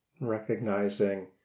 Recognizing